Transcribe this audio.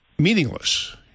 Meaningless